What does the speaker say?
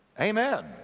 Amen